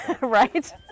Right